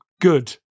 good